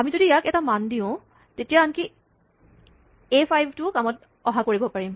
আমি যদি ইয়াক এটা মান দিও তেতিয়া আনকি "A5" কামত অহা কৰিব পাৰিম